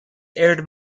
aired